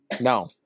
No